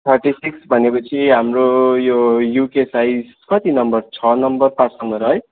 thirty six भनेपछि हाम्रो यो युके साइज कति नम्बर छ नम्बर पाँच नम्बर है